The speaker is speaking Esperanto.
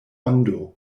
ondo